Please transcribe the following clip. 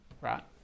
right